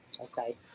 Okay